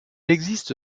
existe